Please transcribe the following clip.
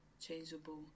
changeable